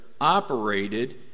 operated